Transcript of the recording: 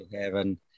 heaven